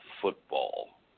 football